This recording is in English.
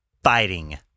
fighting